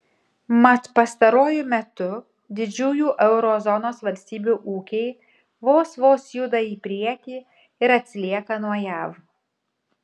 mat pastaruoju metu didžiųjų euro zonos valstybių ūkiai vos vos juda į priekį ir atsilieka nuo jav